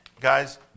guys